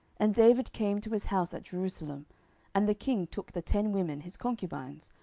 and david came to his house at jerusalem and the king took the ten women his concubines,